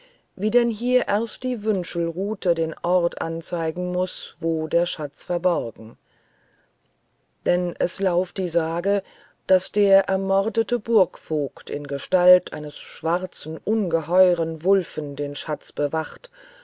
wie denn hier erst die wünschelruthe den ort anzeigen muß wo der schatz verborgen denn es lauft die sage daß der ermordete burgvogt in gestalt eines schwarzen ungeheuren wulffen den schatz bewahre